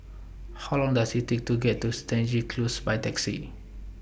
How Long Does IT Take to get to Stangee Close By Taxi